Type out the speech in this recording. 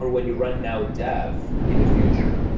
or when you run now dev in the future,